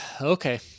Okay